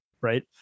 right